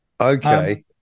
okay